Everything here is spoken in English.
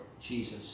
Jesus